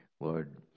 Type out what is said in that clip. Lord